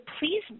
please